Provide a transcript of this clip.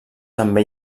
també